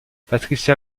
patricia